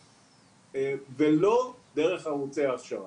ולא דרך ערוצי ההכשרה.